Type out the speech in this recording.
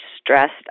stressed